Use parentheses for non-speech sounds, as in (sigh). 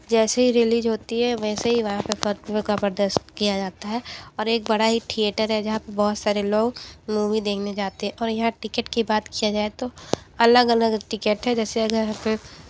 जैसे ही रिलीज होती है वैसे ही वहाँ पे (unintelligible) किया जाता है और एक बड़ा ही थिएटर है जहाँ पे बहुत सारे लोग मूवी देखने जाते और यहाँ टिकेट की बात किया जाए तो अलग अलग टिकेट है जैसे अगर हमें